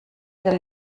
der